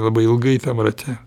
labai ilgai tam rate